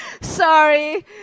Sorry